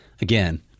again